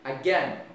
again